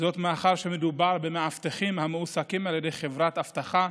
מאחר שמדובר במאבטחים המוחזקים על ידי חברת האבטחה